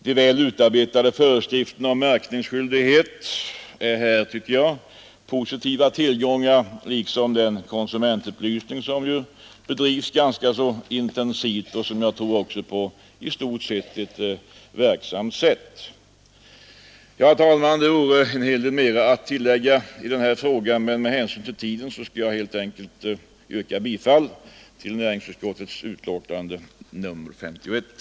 De väl utarbetade föreskrifterna om märkningsskyldighet är också positiva inslag liksom den konsumentupplysning som ju bedrivs ganska intensivt och på ett som jag tror i stort sett verksamt sätt. Herr talman! Det vore en hel del att tillägga i den här frågan, men med hänsyn till tiden skall jag inskränka mig till att yrka bifall till näringsutskottets betänkande nr 51.